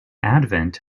advent